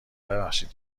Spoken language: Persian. ببخشید